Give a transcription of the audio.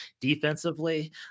defensively